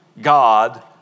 God